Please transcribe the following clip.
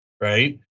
right